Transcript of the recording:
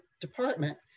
department